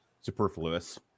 superfluous